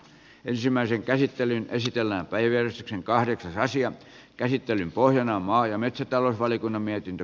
ensimmäisen käsittelyn esitellä päivien kahdeksan asian käsittelyn pohjana on maa ja metsätalousvaliokunnan mietintö